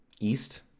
East